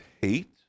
hate